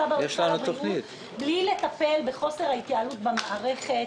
בלי לטפל בחוסר ההתייעלות במערכת,